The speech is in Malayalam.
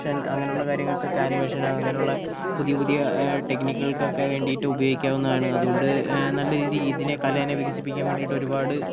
ഷൻ അങ്ങനെയുള്ള കാര്യങ്ങൾക്കൊക്കെ അനിമേഷൻ അങ്ങനെയുള്ള പുതിയ പുതിയ ടെക്നിക്കുകൾക്കൊക്കെ വേണ്ടിയിട്ട് ഉപയോഗിക്കാവുന്നതാണ് അത് കൊണ്ട് നല്ല രീതിയിൽ ഇതിനെ കലയെ വികസിപ്പിക്കാൻ വേണ്ടിയിട്ട് ഒരുപാട്